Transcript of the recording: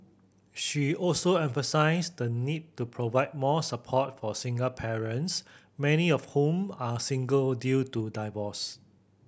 she also emphasised the need to provide more support for single parents many of whom are single due to divorce